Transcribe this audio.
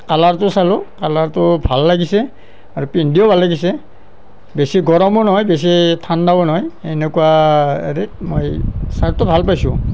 কালাৰটো চালোঁ কালাৰটো ভাল লাগিছে আৰু পিন্ধিও ভাল লাগিছে বেছি গৰমো নহয় বেছি ঠাণ্ডাও নহয় এনেকুৱা হেৰিত মই ছাৰ্টটো ভাল পাইছোঁ